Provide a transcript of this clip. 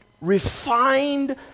refined